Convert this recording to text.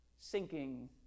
sinking